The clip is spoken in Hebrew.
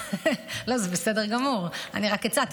לא, זה בסדר גמור, אני רק הצעתי.